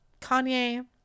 Kanye